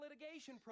litigation